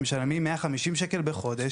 הם משלמים 150 שקלים בחודש.